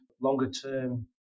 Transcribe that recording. longer-term